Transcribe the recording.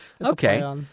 Okay